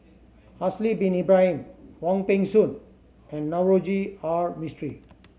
Haslir Bin Ibrahim Wong Peng Soon and Navroji R Mistri